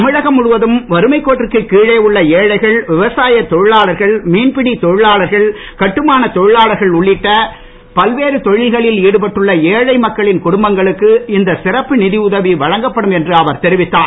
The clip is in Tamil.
தமிழகம் முழுவதும் வறுமைக் கோட்டிற்கு கீழே உள்ள ஏழைகள் விவசாயத் தொழிலாளர்கள் மீன்பிடித் தொழிலாளர்கள் கட்டுமானத் தொழிலாளர்கள் உள்ளிட்ட பல்வேறு தொழில்களில் ஈடுபட்டுள்ள ஏழை மக்களின் குடும்பங்களுக்கு இந்த சிறப்பு நிதி உதவி வழங்கப்படும் என்று அவர் தெரிவித்தார்